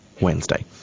Wednesday